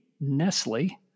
Nestle